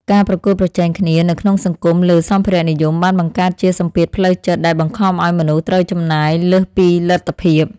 ការប្រកួតប្រជែងគ្នានៅក្នុងសង្គមលើសម្ភារៈនិយមបានបង្កើតជាសម្ពាធផ្លូវចិត្តដែលបង្ខំឱ្យមនុស្សត្រូវចំណាយលើសពីលទ្ធភាព។